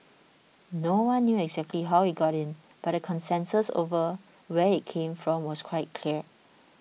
no one knew exactly how it got in but the consensus over where it came from was quite clear